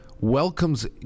welcomes